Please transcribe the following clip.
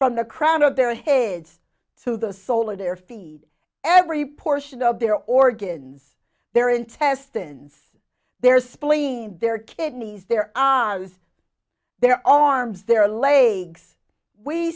from the crown of their heads to the soul of their feed every portion of their organs their intestines their spleen their kidneys their eyes their arms their legs we